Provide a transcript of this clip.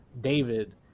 david